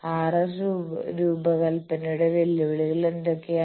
RF രൂപകൽപ്പനയുടെ വെല്ലുവിളികൾ എന്തൊക്കെയാണ്